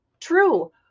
true